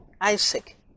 Isaac